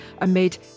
amid